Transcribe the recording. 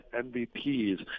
MVPs